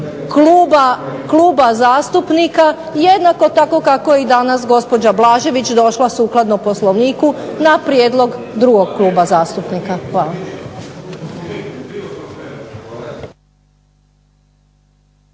kluba zastupnika jednako tako kako je i danas gospođa Blažević došla sukladno Poslovniku na prijedlog drugog kluba zastupnika. Hvala.